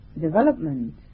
development